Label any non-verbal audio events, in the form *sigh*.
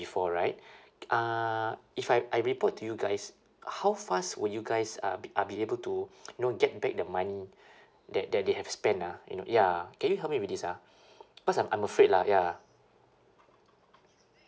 before right *breath* uh if I I report to you guys how fast will you guys uh be uh be able to you know get back the money that that they have spent ah you know ya can you help me with this ah because I'm I'm afraid lah ya